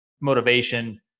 motivation